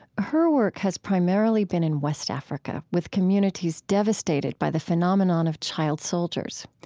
her work has primarily been in west africa, with communities devastated by the phenomenon of child soldiers.